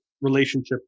relationship